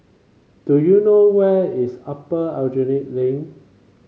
do you know where is Upper Aljunied Link